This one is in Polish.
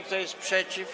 Kto jest przeciw?